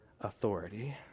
authority